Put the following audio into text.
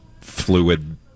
fluid